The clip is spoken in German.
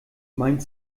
mein